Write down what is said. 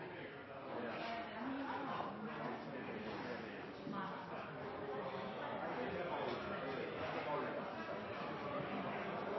november. Så er